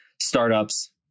startups